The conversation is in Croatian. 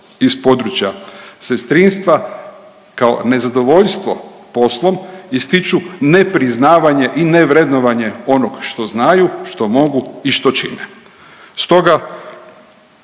iz područja sestrinstva kao nezadovoljstvo poslom ističu nepriznavanje i nevrednovanje onog što znaju, što mogu i što čine. Stoga